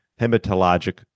hematologic